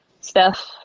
Steph